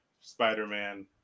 spider-man